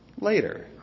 later